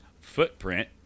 footprint